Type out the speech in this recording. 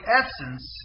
essence